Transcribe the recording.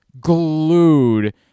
glued